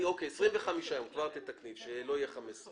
כבר תתקני ל-25 ימים.